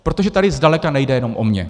Protože tady zdaleka nejde jenom o mě.